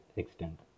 extent